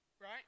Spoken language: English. Right